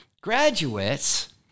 graduates